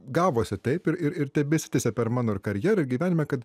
gavosi taip ir ir tebesitęsia per mano ir karjerą ir gyvenime kad